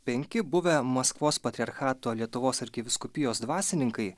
penki buvę maskvos patriarchato lietuvos arkivyskupijos dvasininkai